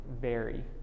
vary